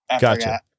Gotcha